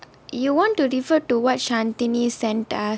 you want to refer to what shanthini sent us